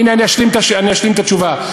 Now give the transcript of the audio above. רגע, הנה אני אשלים את התשובה.